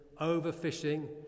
overfishing